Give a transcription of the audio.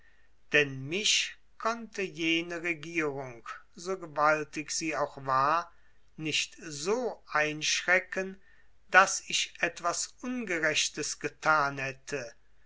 denn mich konnte jene regierung so gewaltig sie auch war nicht so einschrecken daß ich etwas unrechtes getan hätte